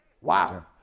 Wow